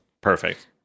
Perfect